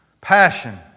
Passion